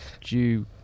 due